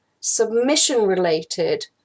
submission-related